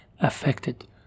affected